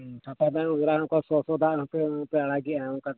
ᱦᱮᱸ ᱥᱟᱯᱷᱟ ᱛᱟᱦᱮᱱᱟ ᱚᱡᱽᱨᱟ ᱦᱚᱸᱠᱚ ᱥᱚᱥᱚ ᱫᱟᱜ ᱦᱚᱯᱮ ᱟᱲᱟᱜᱮᱜᱼᱟ ᱚᱱᱠᱟ ᱫᱚ